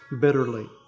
bitterly